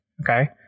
Okay